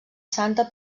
santa